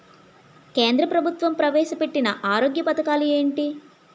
కేంద్ర ప్రభుత్వం ప్రవేశ పెట్టిన ఆరోగ్య పథకాలు ఎంటి?